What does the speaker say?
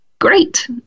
great